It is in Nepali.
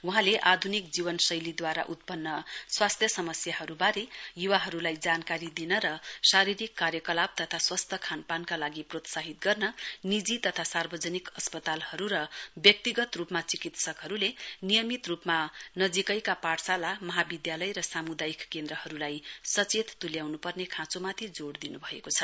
वहाँले आधुनिक जीवनशैलीद्वारा उत्पन्न स्वास्थ्य समस्याहरुवारे युवाहरुलाई जानकारी दिन र शारीरिक कार्यकलाप तथा स्वस्थ खानपानका लागि प्रोत्साहित गर्न निजी तथा सार्वजनिक अस्पतालहरु र व्यक्तिगत रुपमा चिकित्सकहरुले नियमित रुपमा नजीकैका पाठशाला महाविधालय र सामुदायिक केन्द्रहरुलाई सचेत तुलयाउन्पर्ने खाँचोमाथि जोड़ दिनुभएको छ